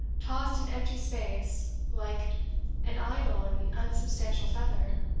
tossed in empty space, like an idle and unsubstantial feather,